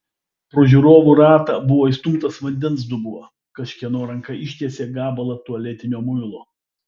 pro žiūrovų ratą buvo įstumtas vandens dubuo kažkieno ranka ištiesė gabalą tualetinio muilo